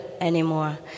anymore